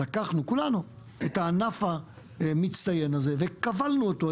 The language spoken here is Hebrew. לקחנו כולנו את הענף המצטיין הזה וכבלנו אותו,